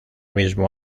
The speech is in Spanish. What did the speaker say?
mismo